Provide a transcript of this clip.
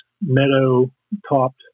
meadow-topped